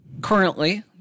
currently